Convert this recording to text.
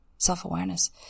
self-awareness